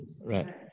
Right